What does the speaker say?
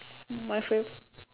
my favourite